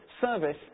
service